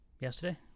yesterday